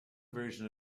version